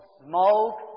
smoke